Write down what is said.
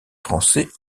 français